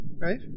right